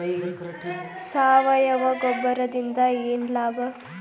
ಸಾವಯವ ಗೊಬ್ಬರದಿಂದ ಏನ್ ಲಾಭ?